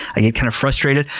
i get kind of frustrated.